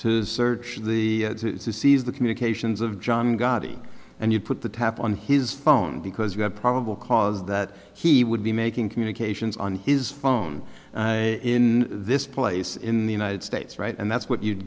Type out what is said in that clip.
to search the seize the communications of john gotti and you put the tap on his phone because you have probable cause that he would be making communications on his phone in this place in the united states right and that's what you'd